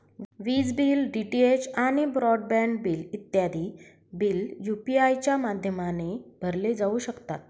विज bill, DTH आणि broadband bill इत्यादी बिल यू.पी.आय च्या माध्यमाने भरले जाऊ शकतात